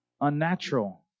unnatural